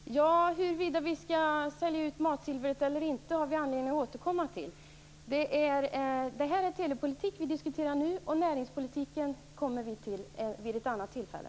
Herr talman! Huruvida vi skall sälja ut matsilvret eller inte har vi anledning att återkomma till. Nu diskuterar vi telepolitik. Näringspolitiken kommer vi till vid ett annat tillfälle.